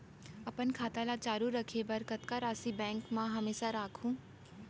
अपन खाता ल चालू रखे बर कतका राशि बैंक म हमेशा राखहूँ?